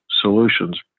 solutions